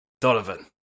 Donovan